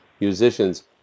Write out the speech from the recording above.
musicians